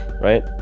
right